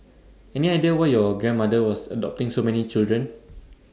any idea why your grandmother was adopting so many children